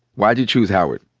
why'd you choose howard?